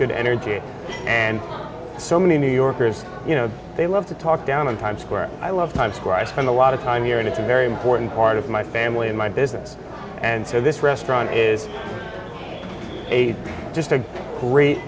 record energy and so many new yorkers you know they love to talk down in times square i love times square i spend a lot of time here and it's a very important part of my family in my business and so this restaurant is just a great